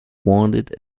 wanted